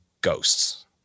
ghosts